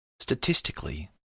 Statistically